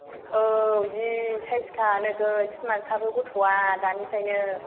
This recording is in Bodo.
औ जि साइसखा नोगोद सिमादखाबो गथ'वा दानिफ्रायनो